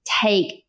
take